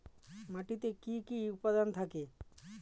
মাটিতে কি কি উপাদান থাকে?